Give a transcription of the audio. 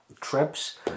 trips